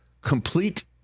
complete